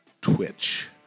twitch